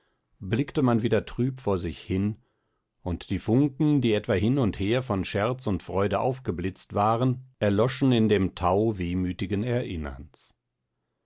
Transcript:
blickte man wieder trüb vor sich hin und die funken die etwa hin und her von scherz und freude aufgeblitzt waren erloschen in dem tau wehmütigen erinnerns